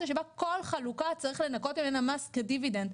שבה כל חלוקה צריך לנכות ממנה מס כדיבידנד,